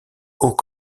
haut